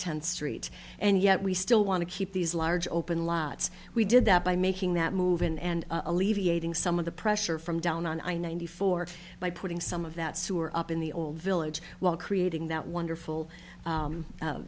tenth street and yet we still want to keep these large open lots we did that by making that move in and alleviating some of the pressure from down on i ninety four by putting some of that sewer up in the old village while creating that wonderful